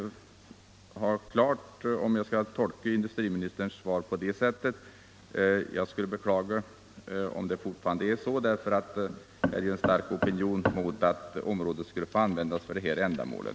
Jag skulle vilja ha ett besked huruvida industriministerns svar skall tolkas på det sättet. Jag skulle beklaga om det vore fallet. Det finns en stark opinion mot att området används för det här ändamålet.